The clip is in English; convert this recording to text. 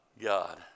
God